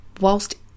whilst